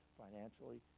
financially